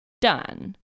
done